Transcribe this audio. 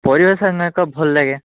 ପରିବାର ସାଙ୍ଗେ ତ ଭଲ ଲାଗେ